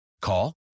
Call